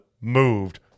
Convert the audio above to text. moved